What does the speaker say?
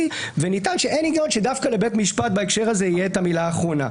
ונטען שאין היגיון שדווקא לבית משפט בהקשר הזה יהיה את המילה האחרונה.